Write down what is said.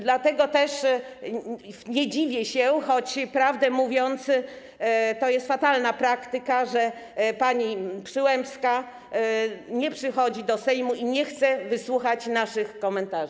Dlatego też nie dziwię się, choć prawdę mówiąc, to jest fatalna praktyka, że pani Przyłębska nie przychodzi do Sejmu i nie chce wysłuchać naszych komentarzy.